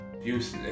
abuse